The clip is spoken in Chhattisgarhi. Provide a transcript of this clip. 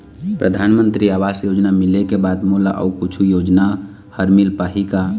परधानमंतरी आवास योजना मिले के बाद मोला अऊ कुछू योजना हर मिल पाही का?